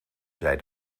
zei